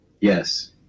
Yes